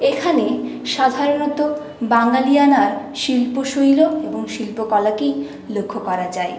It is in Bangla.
এখানে সাধারণত বাঙ্গালিয়ানা শিল্প শৈল এবং শিল্পকলাকেই লক্ষ্য করা যায়